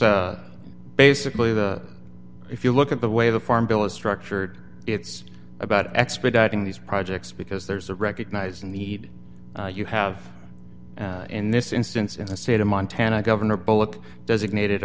basically the if you look at the way the farm bill is structured it's about expediting these projects because there's a recognize a need you have in this instance in the state of montana governor bullock designated